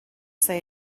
say